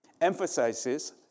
emphasizes